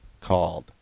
called